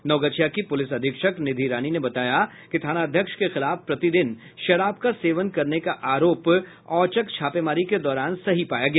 नवगछिया की पुलिस अधीक्षक निधि रानी ने बताया कि थानाध्यक्ष के खिलाफ प्रतिदिन शराब का सेवन करने का आरोप औचक छापेमारी के दौरान सही पाया गया